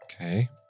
Okay